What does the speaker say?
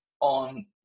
on